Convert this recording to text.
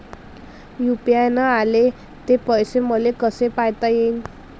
UPI न आले ते पैसे मले कसे पायता येईन?